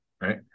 right